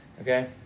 Okay